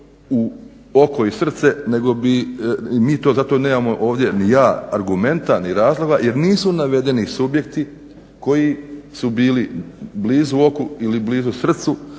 u oko i srce, nego bi mi za to nemamo ovdje ni ja argumenta ni razloga jer nisu navedeni subjekti koji su blizu oku ili blizu srcu